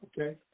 okay